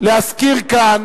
להזכיר כאן